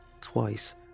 twice